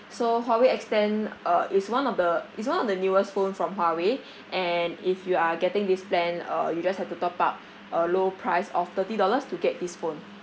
so huawei X ten uh is one of the is one of the newest phone from huawei and if you are getting this plan uh you just have to top up a low price of thirty dollars to get this phone